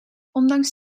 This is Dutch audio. ondanks